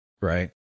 right